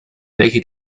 welche